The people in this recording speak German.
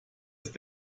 ist